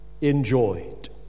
enjoyed